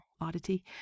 oddity